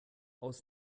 aus